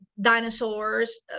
Dinosaurs